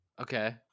Okay